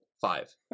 Five